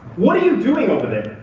what are you doing over there?